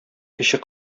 кече